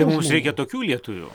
tai mums reikia tokių lietuvių